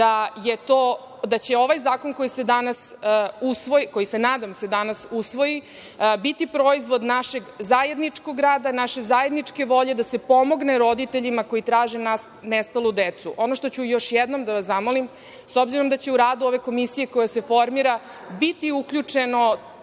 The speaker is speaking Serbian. da će ovaj zakon, za koji se nadam da će danas biti usvojen, biti proizvod našeg zajedničkog rada, naše zajedničke volje da se pomogne roditeljima koji traže nestalu decu. Ono što ću još jednom da vas zamolim, s obzirom da će u radu ove Komisije koja se formira biti uključen